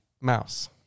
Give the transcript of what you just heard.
Mouse